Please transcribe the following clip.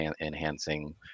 enhancing